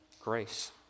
Grace